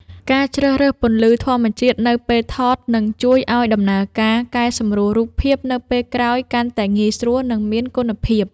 ការជ្រើសរើសពន្លឺធម្មជាតិនៅពេលថត នឹងជួយឱ្យដំណើរការកែសម្រួលរូបភាពនៅពេលក្រោយកាន់តែងាយស្រួល និងមានគុណភាព។